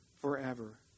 forever